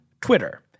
Twitter